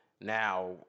Now